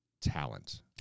talent